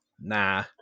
Nah